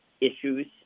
issues